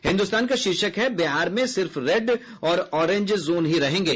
हिन्दुस्तान का शीर्षक है बिहार में सिर्फ रेड और ऑरेंज जोन ही रहेंगे